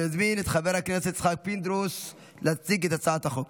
אני מזמין את חבר הכנסת יצחק פינדרוס להציג את הצעת החוק.